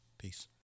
Peace